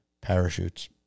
parachutes